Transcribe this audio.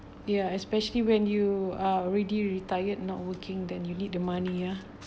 ya especially when you are already retired not working than you need the money ah